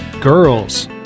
Girls